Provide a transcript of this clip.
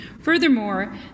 furthermore